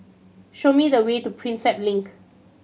show me the way to Prinsep Link